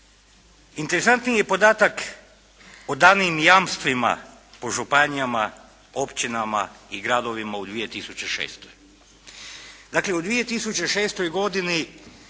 Interesantan je i podatak o danim jamstvima po županijama, općinama i gradovima u 2006. Dakle u 2006. godini